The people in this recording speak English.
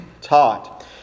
taught